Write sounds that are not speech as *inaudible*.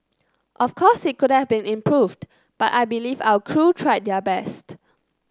*noise* of course it could have been improved but I believe our crew tried their best